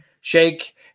shake